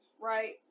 right